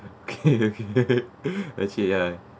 okay okay okay actually ya